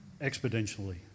exponentially